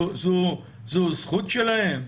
זו זכות שלהם?